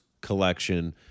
collection